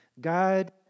God